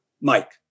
Mike